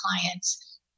clients